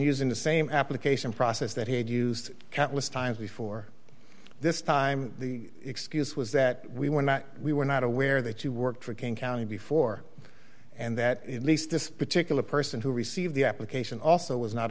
using the same application process that he had used countless times before this time the excuse was that we were not we were not aware that you worked for king county before and that at least this particular person who received the application also was not